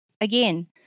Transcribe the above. again